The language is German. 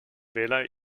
wähler